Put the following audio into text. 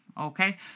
Okay